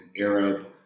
Arab